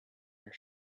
your